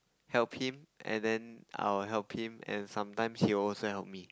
help him and then I will help him and sometimes he will also help me